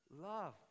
love